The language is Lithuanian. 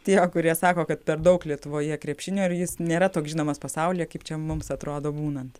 tie kurie sako kad per daug lietuvoje krepšinio ir jis nėra toks žinomas pasaulyje kaip čia mums atrodo būnant